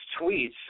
tweets